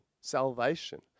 salvation